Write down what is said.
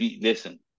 listen –